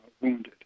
wounded